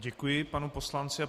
Děkuji panu poslanci.